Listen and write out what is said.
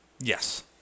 Yes